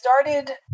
started